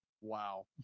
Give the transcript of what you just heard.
wow